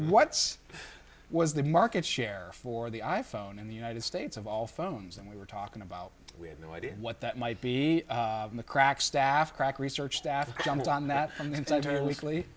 what was the market share for the i phone in the united states of all phones and we were talking about we had no idea what that might be in the crack staff crack research task jumped on that and then sent her weekly